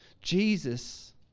Jesus